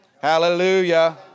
Hallelujah